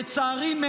לצערי,